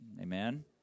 Amen